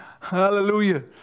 Hallelujah